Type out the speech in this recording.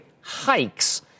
hikes